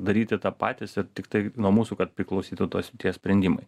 daryti tą patys ir tiktai nuo mūsų kad priklausytų tos srities sprendimai